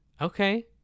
Okay